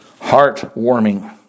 heart-warming